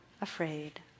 afraid